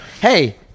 Hey